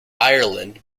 ireland